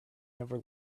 never